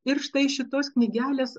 ir štai šitos knygelės